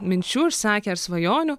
minčių išsakė ir svajonių